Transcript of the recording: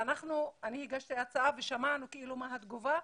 ואני הגשתי הצעה ושמענו מה התגובה.